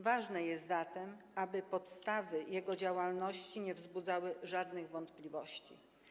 Ważne jest zatem, aby podstawy jego działalności nie wzbudzały żadnych wątpliwości.